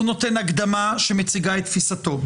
הוא נותן הקדמה שמציגה את תפיסתו.